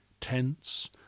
Tents